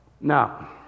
now